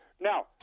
Now—